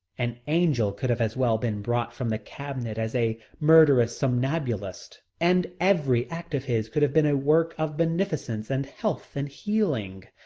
an angel could have as well been brought from the cabinet as a murderous somnambulist, and every act of his could have been a work of beneficence and health and healing.